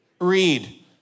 Read